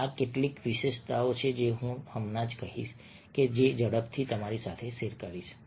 આ કેટલીક વિશેષતાઓ છે જે હું હમણાં જ કહીશ કે ઝડપથી તમારી સાથે શેર કરો